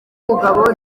mugabo